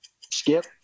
Skip